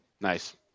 Nice